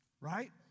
right